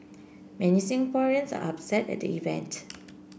many Singaporeans are upset at the event